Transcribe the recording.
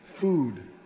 food